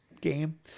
game